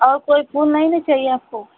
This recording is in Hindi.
और कोई फूल नहीं ना चाहिए आपको